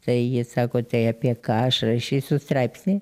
tai ji sako tai apie ką aš rašysiu straipsnį